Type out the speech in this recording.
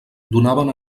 donaven